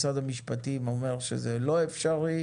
משרד המשפטים אומר שזה לא אפשרי.